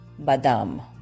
Badam